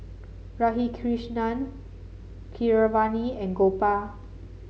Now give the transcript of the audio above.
Radhakrishnan Keeravani and Gopal